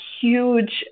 huge